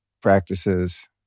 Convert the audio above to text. practices